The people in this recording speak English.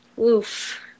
Oof